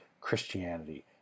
Christianity